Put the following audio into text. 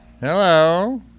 hello